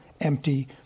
empty